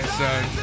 son